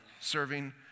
serving